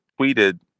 tweeted